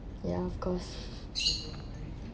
ya of course